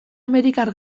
amerikar